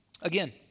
again